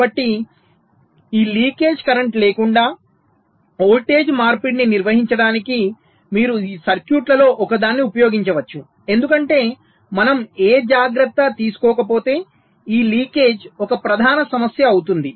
కాబట్టి ఈ leakage current లేకుండా వోల్టేజ్ మార్పిడిని నిర్వహించడానికి మీరు ఈ సర్క్యూట్లలో ఒకదాన్ని ఉపయోగించవచ్చు ఎందుకంటే మనము ఏ జాగ్రత్త తీసుకోకపోతే ఈ లీకేజ్ ఒక ప్రధాన సమస్య అవుతుంది